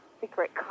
secret